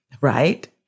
Right